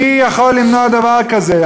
מי יכול למנוע דבר כזה?